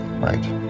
Right